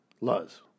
Luz